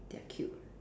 they are cute